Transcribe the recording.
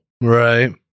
right